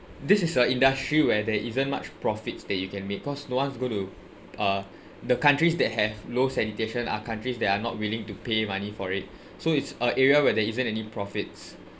this is a industry where there isn't much profits that you can make cause no one's going to uh the countries that have low sanitation are countries that are not willing to pay money for it so it's uh area where there isn't any profits